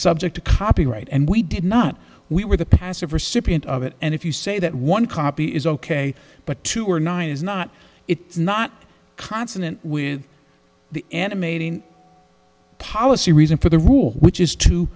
subject to copyright and we did not we were the passive recipient of it and if you say that one copy is ok but two or nine is not it's not consonant with the animating policy reason for the rules which is to